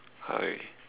hi